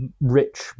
rich